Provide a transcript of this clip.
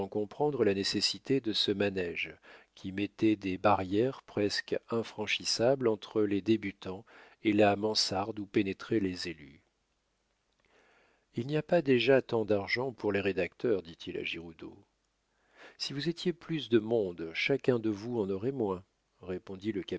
comprendre la nécessité de ce manége qui mettait des barrières presque infranchissables entre les débutants et la mansarde où pénétraient les élus il n'y a pas déjà tant d'argent pour les rédacteurs dit-il à giroudeau si vous étiez plus de monde chacun de vous en aurait moins répondit le